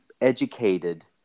educated